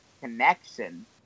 connection